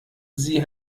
sie